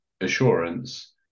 assurance